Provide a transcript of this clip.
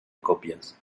copias